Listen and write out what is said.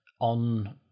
On